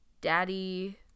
daddy